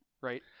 right